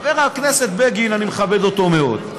חבר הכנסת בגין, אני מכבד אותו מאוד.